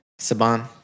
Saban